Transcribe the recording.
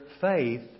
faith